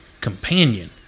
companion